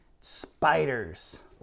spiders